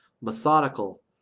methodical